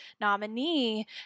nominee